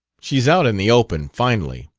she's out in the open, finally.